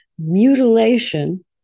mutilation